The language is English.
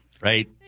right